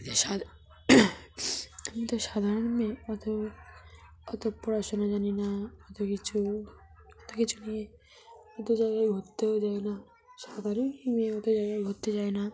সাধ আমি তো সাধারণ মেয়ে অত অত পড়াশোনা জানি না অতো কিছু অতো কিছু নিয়ে অতো জায়গায় ঘুরতেও যায় না সাধারণ মেয়ে অত জায়গায় ঘুরতে যায় না